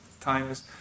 times